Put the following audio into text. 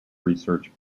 research